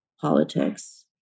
politics